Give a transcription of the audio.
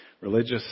religious